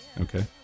Okay